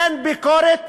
אין ביקורת